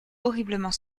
horriblement